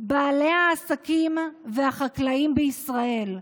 בעלי העסקים והחקלאים בישראל,